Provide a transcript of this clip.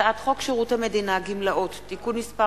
הצעת חוק שירות המדינה (גמלאות) (תיקון מס'